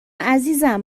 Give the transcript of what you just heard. عزیزم